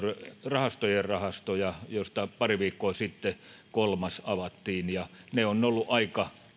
rahastojen rahastoja joista pari viikkoa sitten kolmas avattiin ja ne ovat olleet aika